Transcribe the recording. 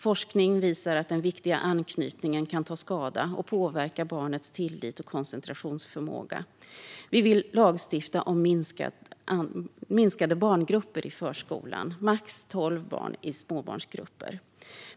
Forskning visar att den viktiga anknytningen kan ta skada och påverka barnets tillit och koncentrationsförmåga. Vi vill lagstifta om minskade barngrupper i förskolan. Det ska vara max tolv barn i småbarnsgrupper.